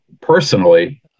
Personally